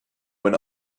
when